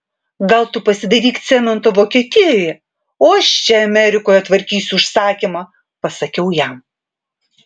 gal tu pasidairyk cemento vokietijoje o aš čia amerikoje tvarkysiu užsakymą pasakiau jam